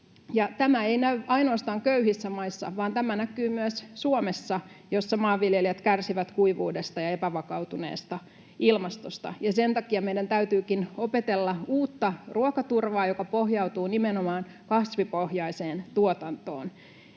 tämä ei näy ainoastaan köyhissä maissa, vaan tämä näkyy myös Suomessa, jossa maanviljelijät kärsivät kuivuudesta ja epävakautuneesta ilmastosta. Ja sen takia meidän täytyykin opetella uutta ruokaturvaa, joka pohjautuu nimenomaan kasvipohjaiseen tuotantoon.